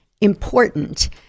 important